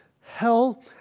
hell